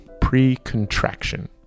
pre-contraction